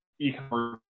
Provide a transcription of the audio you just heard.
e-commerce